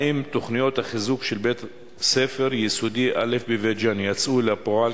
האם תוכניות החיזוק של בית-ספר יסודי א' בבית-ג'ן יצאו אל הפועל,